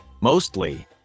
Mostly